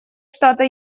штата